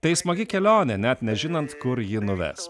tai smagi kelionė net nežinant kur ji nuves